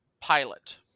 pilot